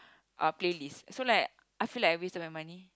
a playlist so like I feel like a bit waste money